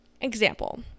example